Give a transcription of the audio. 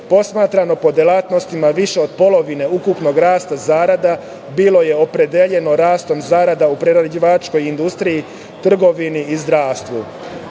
Posmatrano po delatnostima, više od polovine ukupnog rasta zarada bilo je opredeljeno rastom zarada u prerađivačkoj industriji, trgovini i zdravstvu.Za